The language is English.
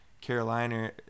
Carolina